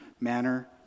manner